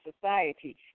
society